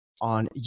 on